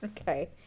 Okay